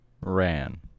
Ran